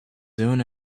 soon